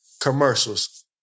Commercials